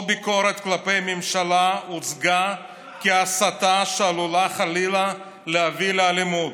כל ביקורת כלפי הממשלה הוצגה כהסתה שעלולה חלילה להביא לאלימות.